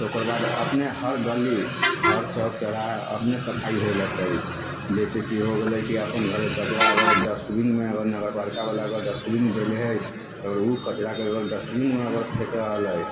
तऽ ओकर बाद अपने हर गली हर चौक चौराहा अपने सफाइ होइ लगतै जैसे कि हो गेलै कि अपन घरके कचरा अगर डस्टबिनमे अगर नगर पालिका बला डस्टबिन देलै है तऽ ओ कचराके अगर डस्टबिनमे अगर फेँक रहल है